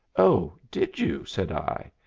oh, did you? said i.